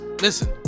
listen